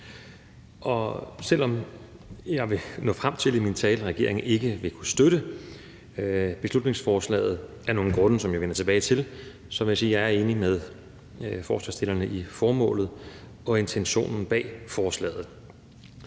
Selv om jeg i min tale vil nå frem til, at regeringen ikke vil kunne støtte beslutningsforslaget af nogle grunde, som jeg vender tilbage til, vil jeg sige, at jeg er enig med forslagsstillerne i formålet og intentionen bag forslaget.